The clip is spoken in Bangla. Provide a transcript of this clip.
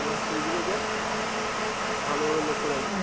এবং সেইগুলোকে ভালোভাবে লক্ষ্য রাখবো